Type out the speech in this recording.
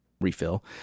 refill